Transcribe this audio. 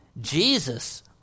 Jesus